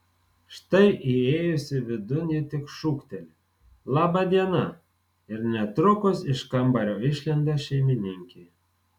štai įėjusi vidun ji tik šūkteli laba diena ir netrukus iš kambario išlenda šeimininkė